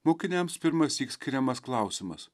mokiniams pirmąsyk skiriamas klausimas